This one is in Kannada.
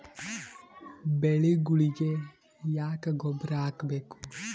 ಬೆಳಿಗೊಳಿಗಿ ಯಾಕ ಗೊಬ್ಬರ ಹಾಕಬೇಕು?